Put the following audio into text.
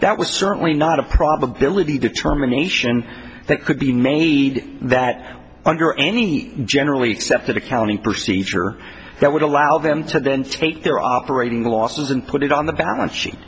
that was certainly not a probability determination that could be made that under any generally accepted accounting procedure that would allow them to then take their operating losses and put it on the